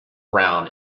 brown